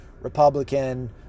Republican